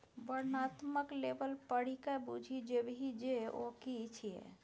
वर्णनात्मक लेबल पढ़िकए बुझि जेबही जे ओ कि छियै?